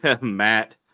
Matt